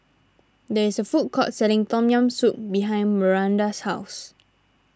there is a food court selling Tom Yam Soup behind Maranda's house